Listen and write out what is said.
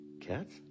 Cats